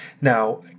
Now